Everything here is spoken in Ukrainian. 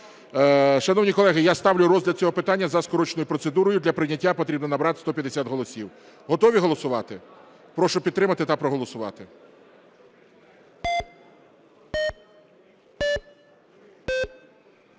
Шановні колеги, я ставлю розгляд цього питання за скороченою процедурою. Для прийняття потрібно набрати 150 голосів. Готові голосувати? Прошу підтримати та проголосувати.